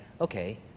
okay